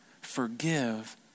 forgive